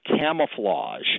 camouflage